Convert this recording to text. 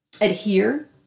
adhere